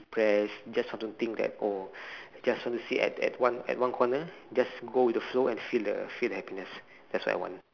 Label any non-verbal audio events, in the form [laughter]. depressed just want to think that oh [breath] just want to sit at at one at one corner just go with the flow and feel the feel the happiness that's what I want